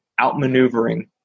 outmaneuvering